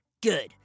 Good